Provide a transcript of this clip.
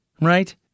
Right